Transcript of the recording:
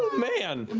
man.